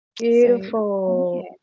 Beautiful